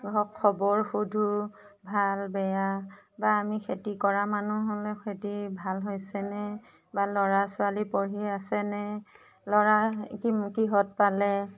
খবৰ সোধো ভাল বেয়া বা আমি খেতি কৰা মানুহ হ'লে খেতি ভাল হৈছেনে বা ল'ৰা ছোৱালী পঢ়ি আছেনে ল'ৰা কি কিহত পালে